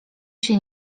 się